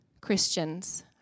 Christians